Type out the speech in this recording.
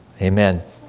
Amen